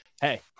Hey